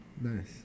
Nice